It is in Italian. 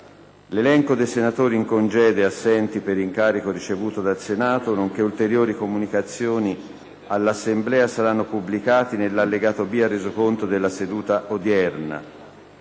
L'elenco dei senatori in congedo e assenti per incarico ricevuto dal Senato, nonché ulteriori comunicazioni all'Assemblea saranno pubblicati nell'allegato B al Resoconto della seduta odierna.